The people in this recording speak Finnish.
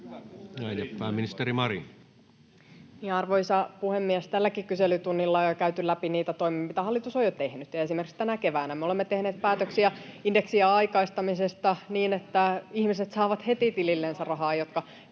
16:53 Content: Arvoisa puhemies! Tälläkin kyselytunnilla on jo käyty läpi niitä toimia, mitä hallitus on jo tehnyt. [Perussuomalaisten ryhmästä: Ne eivät riitä!] Esimerkiksi tänä keväänä me olemme tehneet päätöksiä indeksien aikaistamisesta, niin että ihmiset saavat heti tilillensä rahaa, jotka